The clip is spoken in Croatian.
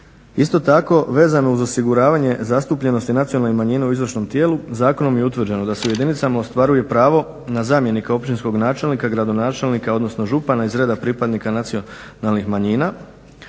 Isto tako vezano uz osiguravanje zastupljenosti nacionalnih manjina u izvršnom tijelu zakonom je utvrđeno da se u jedinicama ostvaruje pravo na zamjenika općinskog načelnika, gradonačelnika odnosno župana iz reda pripadnika nacionalnih manjina